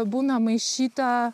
būna maišyta